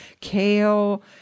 kale